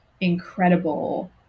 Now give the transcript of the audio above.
incredible